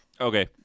okay